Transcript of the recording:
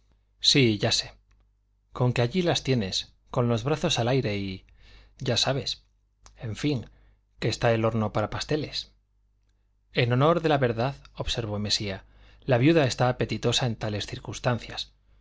sí ya sé con que allí las tienes con los brazos al aire y ya sabes en fin que está el horno para pasteles en honor de la verdad observó mesía la viuda está apetitosa en tales circunstancias